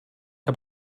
que